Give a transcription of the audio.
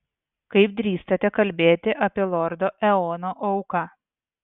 kaip drįstate kalbėti apie lordo eono auką